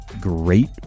great